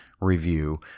review